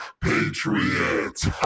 Patriots